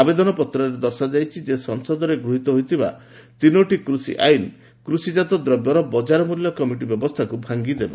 ଆବେଦନପତ୍ରରେ ଦର୍ଶାଯାଇଛି ଯେ ସଂସଦରେ ଗୃହୀତ ହୋଇଥିବା ତିନିଟି କୃଷି ଆଇନ କୃଷିଚ୍ଚାତ ଦ୍ରବ୍ୟର ବଚ୍ଚାର ମୂଲ୍ୟ କମିଟି ବ୍ୟବସ୍ଥାକୁ ଭାଙ୍ଗି ଦେବ